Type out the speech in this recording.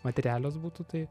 materialios būtų tai